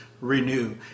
Renew